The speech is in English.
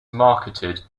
marketed